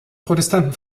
protestanten